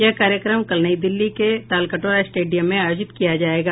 यह कार्यक्रम कल नई दिल्ली के तालकटोरा स्टेडियम में आयोजित किया जाएगा